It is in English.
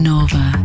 Nova